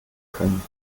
können